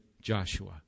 Joshua